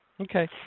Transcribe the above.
Okay